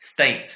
state